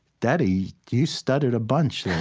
daddy, you stuttered a bunch there.